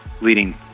leading